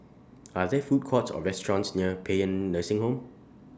Are There Food Courts Or restaurants near Paean Nursing Home